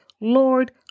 Lord